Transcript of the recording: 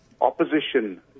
opposition